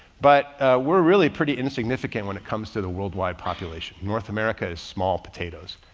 but we're really pretty insignificant when it comes to the worldwide population. north america is small potatoes.